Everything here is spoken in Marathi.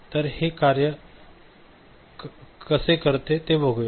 तर हे कसे कार्य करते ते बघूया